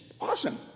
awesome